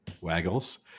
waggles